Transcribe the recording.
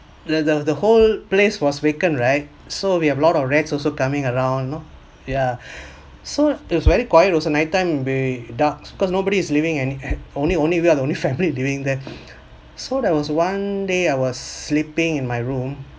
the the the whole place was vacant right so we have lot of rats also coming around you know yeah so it was very quiet so at nighttime be dark because nobody is living and only only we are the only family living there so there was one day I was sleeping in my room